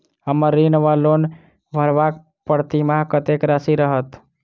हम्मर ऋण वा लोन भरबाक प्रतिमास कत्तेक राशि रहत?